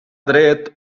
dret